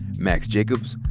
max jacobs,